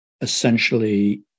essentially